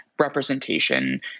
representation